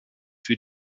für